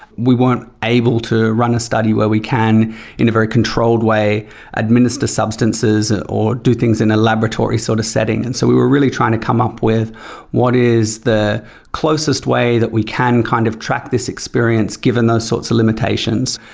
we weren't able to run a study where we can in a very controlled way administer substances or do things in a laboratory sort of setting, and so we were really trying to come up with what is the closest way that we can kind of track this experience given those sorts of limitations.